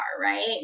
right